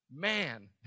man